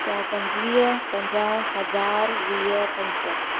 सौ पंजुवीह पंजाहु हज़ार वीह पंज सौ